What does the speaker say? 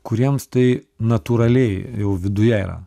kuriems tai natūraliai viduje yra